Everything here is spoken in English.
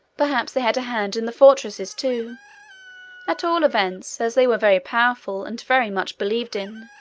perhaps they had a hand in the fortresses too at all events, as they were very powerful, and very much believed in,